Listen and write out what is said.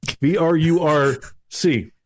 v-r-u-r-c